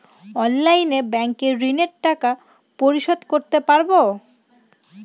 অনলাইনে ব্যাংকের ঋণের টাকা পরিশোধ করতে পারবো?